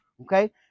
Okay